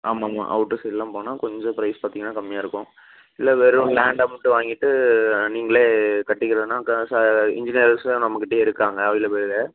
ஆமாமாம் அவுட்டர் சைடெல்லாம் போனால் கொஞ்சம் ப்ரைஸ் பார்த்தீங்கன்னா கம்மியாக இருக்கும் இல்லை வெறும் லேண்டாக மட்டும் வாங்கிட்டு நீங்களே கட்டிக்கிறதுன்னால் காசு இன்ஜினியர்ஸும் நம்மக்கிட்டேயே இருக்காங்க அவைலபிளு